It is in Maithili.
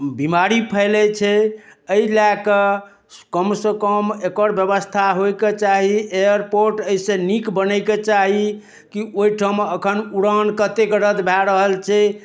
बिमारी फैलै छै एहि लऽ कऽ कमसँ कम एकर बेबस्था होइके चाही कि एयरपोर्ट एहिसँ नीक बनैके चाही कि ओहिठाम एखन उड़ान कतेक रद्द भऽ रहल छै